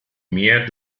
mehr